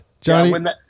johnny